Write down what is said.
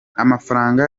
amafranga